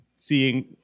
seeing